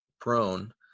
prone